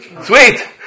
sweet